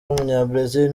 w’umunyabrazil